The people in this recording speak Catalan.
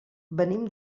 venim